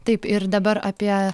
taip ir dabar apie